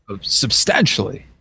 substantially